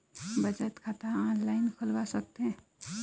बचत खाता ऑनलाइन खोलवा सकथें?